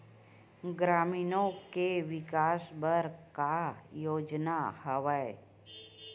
ग्रामीणों के विकास बर का योजना हवय?